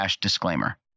disclaimer